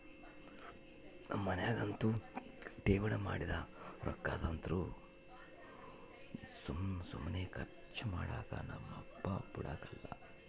ನಮ್ ಮನ್ಯಾಗಂತೂ ಠೇವಣಿ ಮಾಡಿದ್ ರೊಕ್ಕಾನ ತಂದ್ರ ಸುಮ್ ಸುಮ್ನೆ ಕರ್ಚು ಮಾಡಾಕ ನಮ್ ಅಪ್ಪ ಬುಡಕಲ್ಲ